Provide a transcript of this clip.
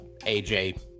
AJ